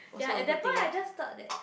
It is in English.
ya at that point I just thought that